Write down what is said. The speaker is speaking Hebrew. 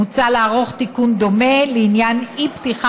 מוצע לערוך תיקון דומה לעניין אי-פתיחה